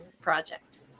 project